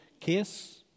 case